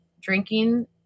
drinking